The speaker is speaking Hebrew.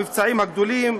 המבצעים הגדולים",